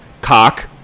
cock